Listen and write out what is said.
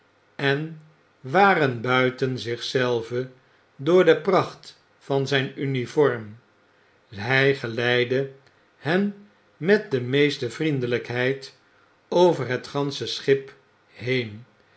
en waren buiten zich zelve door de pracht van zyn uniform hij geleidde hen met de meeste vriendelijkheid over het gansche schip heen